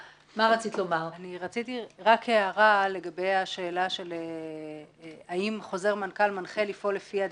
אני רציתי רק הערה לגבי השאלה האם חוזר מנכ"ל מנחה לפעול לפי הדין.